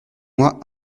moi